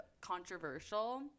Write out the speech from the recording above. controversial